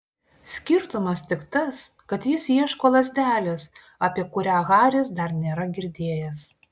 skirtumas tik tas kad jis ieško lazdelės apie kurią haris dar nėra girdėjęs